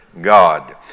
God